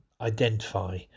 identify